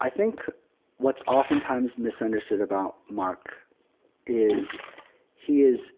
i think what's oftentimes misunderstood about mark is he is